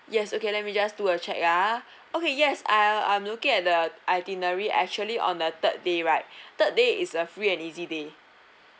yes okay let me just do a check ah okay yes I'll I'm looking at the itinerary actually on the third day right third day is a free and easy day